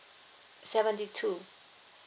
seventy two